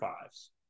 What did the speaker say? fives